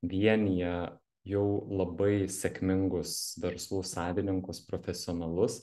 vienija jau labai sėkmingus verslų savininkus profesionalus